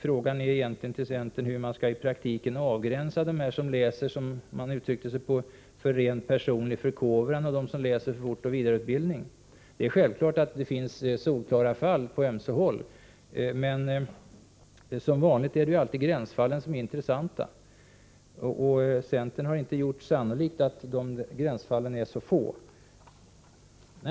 Frågan till centern är hur man i praktiken skall avgränsa dem som läser för rent personlig förkovran, som man uttryckt sig, från dem som läser för fortoch vidareutbildning. Det är självklart att det finns solklara fall på ömse håll, men som vanligt är det gränsfallen som är intressanta. Centern har inte gjort sannolikt att de gränsfallen är så få.